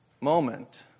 moment